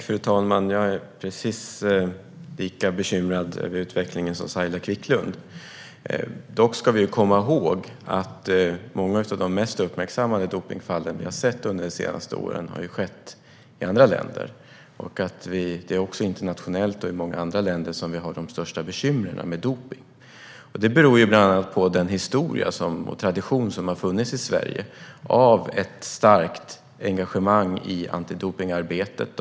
Fru talman! Jag är precis lika bekymrad över utvecklingen som Saila Quicklund är. Vi ska dock komma ihåg att många av de mest uppmärksammade dopningsfallen de senaste åren har skett i andra länder. Det är också internationellt som de största bekymren med dopning finns. Det beror bland annat på den historia och den tradition som har funnits i Sverige. Det finns ett starkt engagemang i antidopningsarbetet.